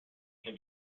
can